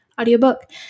audiobook